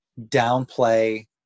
downplay